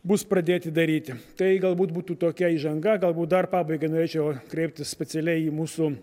bus pradėti daryti tai galbūt būtų tokia įžanga galbūt dar pabaigai norėčiau ar kreiptis specialiai į mūsų